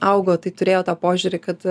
augo tai turėjo tą požiūrį kad